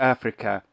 Africa